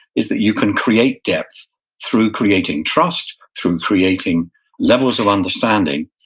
is that you can create depth through creating trust, through creating levels of understanding,